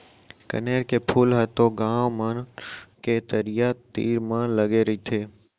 कनेर के फूल ह तो गॉंव मन के तरिया तीर म लगे रथे